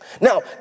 Now